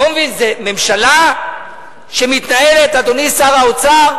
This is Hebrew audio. אני לא מבין, זה ממשלה שמתנהלת, אדוני שר האוצר,